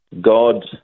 God